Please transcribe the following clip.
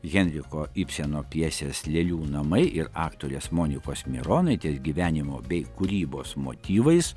henriko ibseno pjesės lėlių namai ir aktorės monikos mironaitės gyvenimo bei kūrybos motyvais